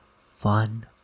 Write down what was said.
fun